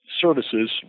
services